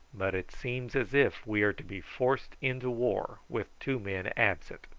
but it seems as if we are to be forced into war with two men absent.